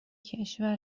کشور